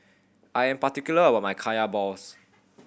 I am particular about my Kaya balls